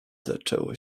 zaczęło